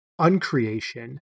uncreation